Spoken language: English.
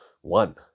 one